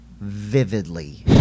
vividly